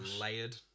layered